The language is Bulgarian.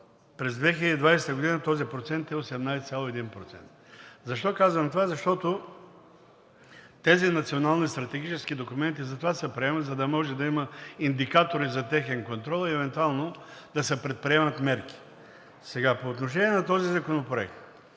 през 2020 г. този процент е 18,1%. Защо казвам това? Защото тези национални стратегически документи се приемат за това, за да може да има индикатори за техния контрол и евентуално да се предприемат мерки. По отношение на този законопроект